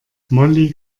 molly